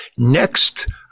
Next